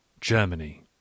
Germany